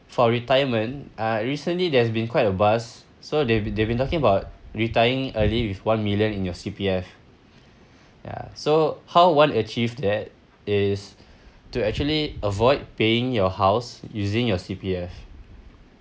for retirement uh recently there's been quite a buzz so they've been they've been talking about retiring early with one million in your C_P_F ya so how one achieve that is to actually avoid paying your house using your C_P_F